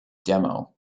demo